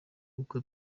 ubukwe